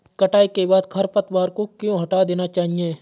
कटाई के बाद खरपतवार को क्यो हटा देना चाहिए?